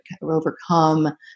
overcome